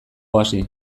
oasi